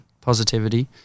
positivity